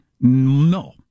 No